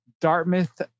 Dartmouth